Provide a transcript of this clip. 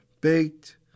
Baked